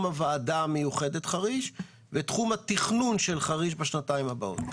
הוועדה המיוחדת חריש ותחום התכנון של חריש בשנתיים הבאות.